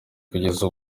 kugeza